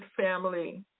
family